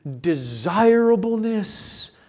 desirableness